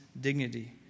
dignity